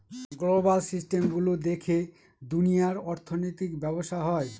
global system গুলো দেখে দুনিয়ার অর্থনৈতিক ব্যবসা হয়